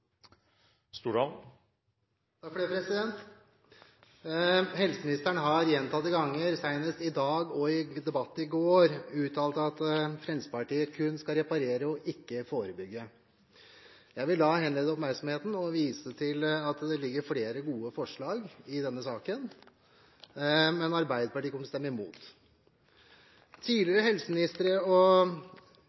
Helseministeren har gjentatte ganger, senest i dag og i debatten i går, uttalt at Fremskrittspartiet kun skal reparere og ikke forebygge. Jeg vil da henlede oppmerksomheten på at det ligger flere gode forslag i denne saken. Men Arbeiderpartiet kommer til å stemme imot. Tidligere helseministre – og